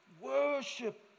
worship